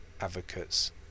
advocates